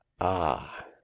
Ah